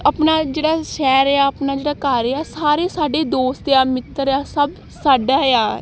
ਆਪਣਾ ਜਿਹੜਾ ਸ਼ਹਿਰ ਆ ਆਪਣਾ ਜਿਹੜਾ ਘਰ ਆ ਸਾਰੇ ਸਾਡੇ ਦੋਸਤ ਆ ਮਿੱਤਰ ਆ ਸਭ ਸਾਡਾ ਆ